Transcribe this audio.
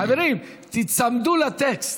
חברים, תיצמדו לטקסט.